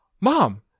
mom